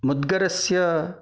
मुद्गरस्य